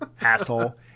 Asshole